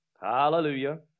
Hallelujah